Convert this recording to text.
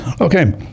Okay